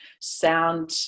sound